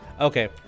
Okay